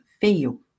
fail